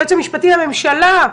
ליועץ המשפטי לממשלה,